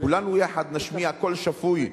כולנו יחד נשמיע קול שפוי,